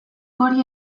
hori